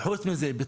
וחוץ מזה,